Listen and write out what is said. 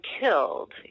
killed